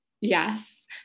Yes